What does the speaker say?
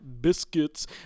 biscuits